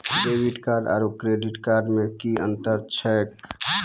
Debit card आरू credit card मे कि अन्तर छैक?